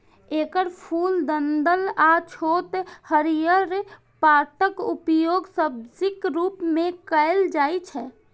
एकर फूल, डंठल आ छोट हरियर पातक उपयोग सब्जीक रूप मे कैल जाइ छै